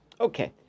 Okay